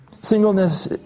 Singleness